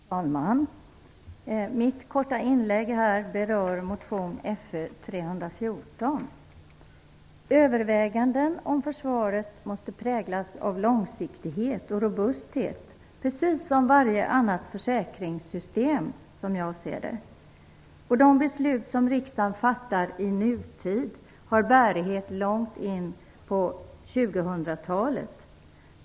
Fru talman! Mitt korta inlägg här skall beröra motion Fö314. Överväganden om försvaret måste präglas av långsiktighet och robusthet, precis som varje annat försäkringssystem, som jag ser det. De beslut riksdagen fattar i nutid har bärighet långt in på 2000-talet.